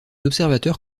observateurs